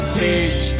teach